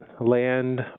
land